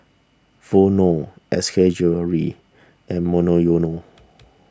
Vono S K Jewellery and Monoyono